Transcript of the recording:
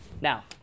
Now